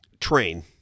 train